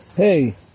Hey